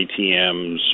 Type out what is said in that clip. ATMs